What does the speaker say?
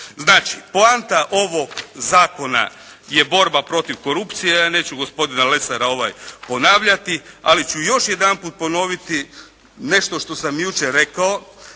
Znači poanta ovog zakona je borba protiv korupcije. Ja neću gospodina Lesara ponavljati. Ali ću još jedanput ponoviti nešto što sam jučer rekao.